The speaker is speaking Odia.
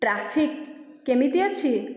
ଟ୍ରାଫିକ୍ କେମିତି ଅଛି